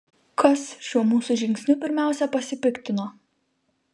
kas šiuo mūsų žingsniu pirmiausia pasipiktino